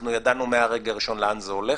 אנחנו ידענו מהרגע הראשון לאן זה הולך,